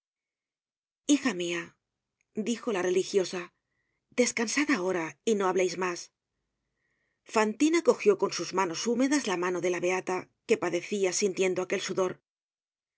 hija mia dijo la religiosa descansad ahora y no hableis mas fantina cogió con sus manos húmedas la mano de la beata que padecia sintiendo aquel sudor ha